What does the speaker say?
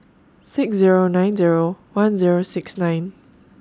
six Zero nine Zero one Zero six nine